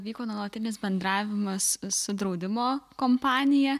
vyko nuolatinis bendravimas su draudimo kompanija